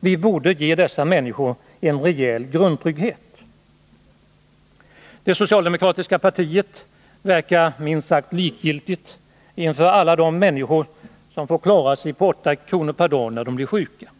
Vi borde ge dessa människor en rejäl grundtrygghet. Det socialdemokratiska partiet verkar minst sagt likgiltigt inför alla de människor som får klara sig på 8 kr. per dag när de blir sjuka.